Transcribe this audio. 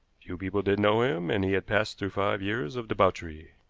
few people did know him, and he had passed through five years of debauchery.